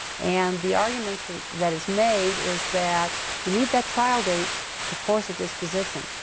and the argument that that is made is that you need that trial date to force a disposition.